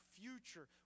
future